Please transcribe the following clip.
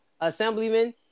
assemblyman